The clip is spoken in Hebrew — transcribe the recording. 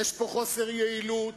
יש פה חוסר יעילות,